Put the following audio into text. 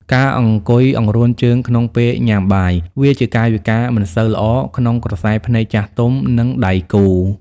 ការអង្គុយអង្រួនជើងក្នុងពេលញ៉ាំបាយ វាជាកាយវិការមិនសូវល្អក្នុងក្រសែភ្នែកចាស់ទុំ និងដៃគូ។